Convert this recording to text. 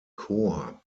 chor